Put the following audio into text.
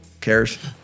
cares